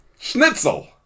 Schnitzel